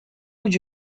could